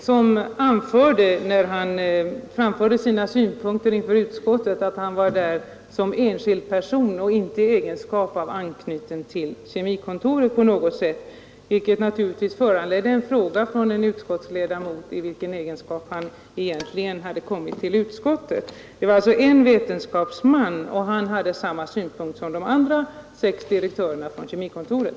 som var närvarande vid uppvaktningen, och när professorn framförde sina synpunkter inför utskottet sade han att han var där som enskild person, inte som anknuten till Kemikontoret på något sätt. Detta föranledde naturligtvis en fråga av en utskottsledamot, i vilken egenskap han egentligen hade kommit till utskottet. Men denne vetenskapsman hade samma synpunkter som de övriga sex direktörerna från Kemikontoret.